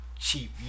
cheap